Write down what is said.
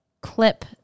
clip